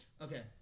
Okay